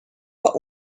what